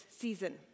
season